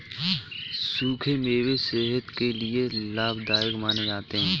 सुखे मेवे सेहत के लिये लाभदायक माने जाते है